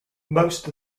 most